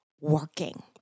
working